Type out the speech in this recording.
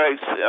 guys